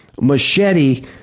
machete